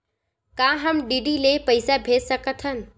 का हम डी.डी ले पईसा भेज सकत हन?